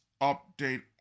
update